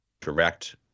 direct